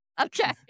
Okay